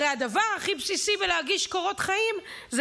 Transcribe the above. הרי הדבר הכי בסיסי בלהגיש קורות חיים זה